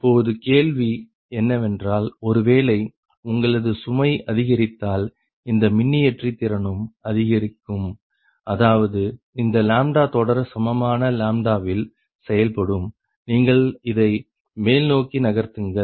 இப்பொழுது கேள்வி என்னவென்றால் ஒருவேளை உங்களது சுமை அதிகரித்தால் அந்த மின்னியற்றி திறனும் அதிகரிக்கும் அதாவது இந்த λ தொடர் சமமான λ வில் செயல்படும் நீங்கள் இதை மேல்நோக்கி நகர்த்துங்கள்